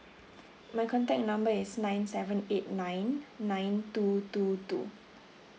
my contact number is nine seven eight nine nine two two two